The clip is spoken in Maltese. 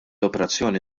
operazzjoni